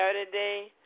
Saturday